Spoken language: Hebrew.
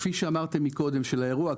כפי שאמרתם מקודם של האירוע,